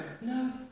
no